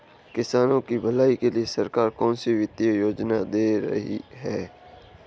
किसानों की भलाई के लिए सरकार कौनसी वित्तीय योजना दे रही है?